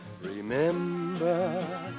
remember